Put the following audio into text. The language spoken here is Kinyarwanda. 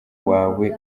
wawe